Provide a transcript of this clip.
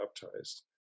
baptized